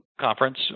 conference